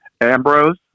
Ambrose